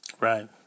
Right